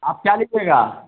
आप क्या लीजिएगा